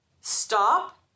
stop